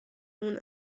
اون